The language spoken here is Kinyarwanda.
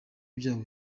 byabo